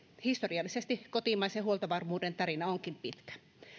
historiallisesti kotimaisen huoltovarmuuden tarina onkin pitkä